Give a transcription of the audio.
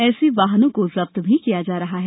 ऐसे वाहनों को जप्त भी किया जा रहा है